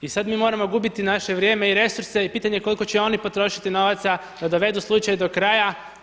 I sad mi moramo gubiti naše vrijeme i resurse i pitanje je koliko će oni potrošiti novaca da dovedu slučaj do kraja?